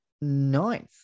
Ninth